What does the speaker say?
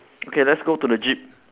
okay let's go to the jeep